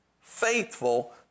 faithful